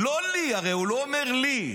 לא לי, הרי הוא לא אומר לי,